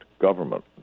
government